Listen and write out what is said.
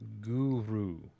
Guru